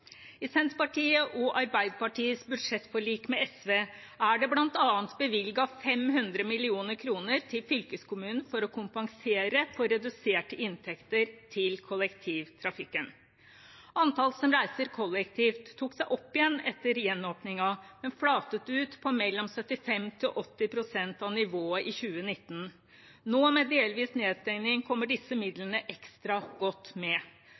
I Senterpartiet og Arbeiderpartiets budsjettforlik med SV er det bl.a. bevilget 500 mill. kr til fylkeskommunen for å kompensere for reduserte inntekter til kollektivtrafikken. Antallet som reiser kollektivt, tok seg opp igjen etter gjenåpningen, men flatet ut på mellom 75 og 80 pst. av nivået i 2019. Nå, med delvis nedstenging, kommer disse midlene ekstra godt med.